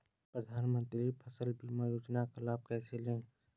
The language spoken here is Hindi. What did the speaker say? प्रधानमंत्री फसल बीमा योजना का लाभ कैसे लें?